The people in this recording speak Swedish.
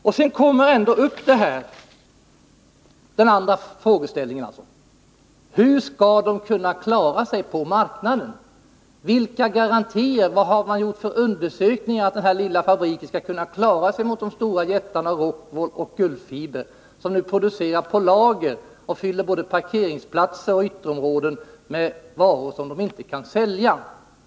Därtill kommer den andra frågeställningen: Hur skall företaget kunna klara sig på marknaden? Vad finns det för undersökningar som visar att den här lilla fabriken kan klara sig mot jättarna Rockwool och Gullfiber, som producerar på lager och fyller parkeringsplatser och andra områden med varor som de inte kan sälja?